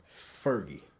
Fergie